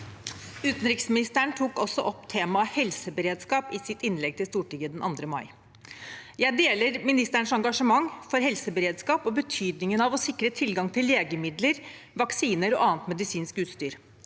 Uten- riksministeren tok også opp temaet helseberedskap i sitt innlegg i Stortinget den 2. mai. Jeg deler ministerens engasjement for helseberedskap og betydningen av å sikre tilgang til legemidler, vaksiner og annet medisinsk utstyr.